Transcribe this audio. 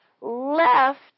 left